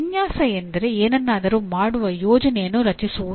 ವಿನ್ಯಾಸ ಎಂದರೆ ಏನನ್ನಾದರೂ ಮಾಡುವ ಯೋಜನೆಯನ್ನು ರಚಿಸುವುದು